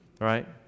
right